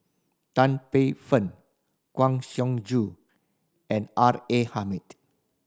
Tan Paey Fern Kang Siong Joo and R A Hamid